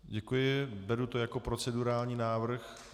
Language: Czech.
Děkuji, beru to jako procedurální návrh .